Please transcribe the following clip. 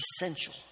essential